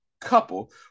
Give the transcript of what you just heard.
couple